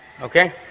Okay